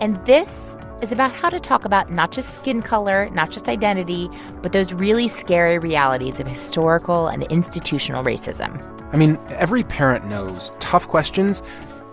and this is about how to talk about not just skin color, not just identity but those really scary realities of historical and institutional racism i mean, every parent knows tough questions